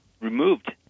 removed